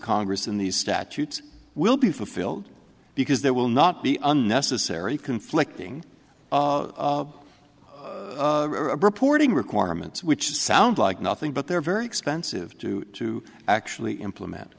congress in these statutes will be fulfilled because there will not be unnecessary conflicting reporting requirements which sound like nothing but they're very expensive to to actually implement